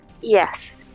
Yes